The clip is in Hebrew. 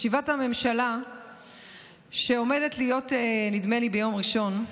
ישיבת הממשלה שעומדת להיות ביום ראשון,